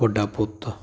ਵੱਡਾ ਪੁੱਤ